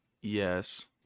Yes